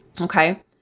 Okay